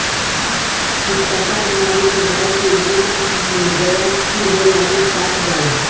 खुरपका बेमारी में गाय के गोड़ में जवन खुर होला उ पाक जाला